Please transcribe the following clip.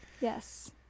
Yes